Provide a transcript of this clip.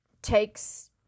takes